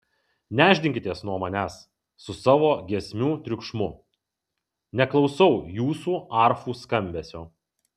nešdinkitės nuo manęs su savo giesmių triukšmu neklausau jūsų arfų skambesio